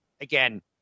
Again